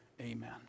Amen